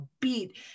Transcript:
beat